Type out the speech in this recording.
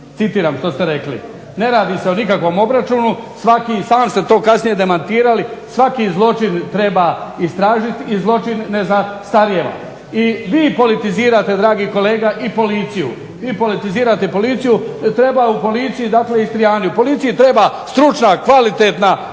Citiram što ste rekli. Ne radi se o nikakvom obračunu, svaki, sami ste to kasnije demantirali, svaki zločin treba istražiti i zločin ne zastarijeva. I vi politizirate dragi kolega i policiju, vi politizirate policiju, treba u policiji dakle Istrijani. U policiji treba stručna, kvalitetna, profesionalna